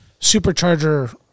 supercharger